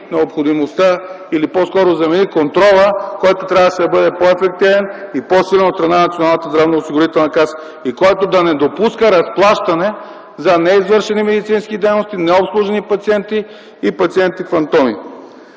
необходимостта или по-скоро замени контрола, който трябваше да бъде по-ефективен и по-силен от страна на Националната здравноосигурителна каса и който да не допуска разплащане за не извършени медицински дейности, необслужени пациенти и пациенти фантоми.